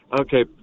Okay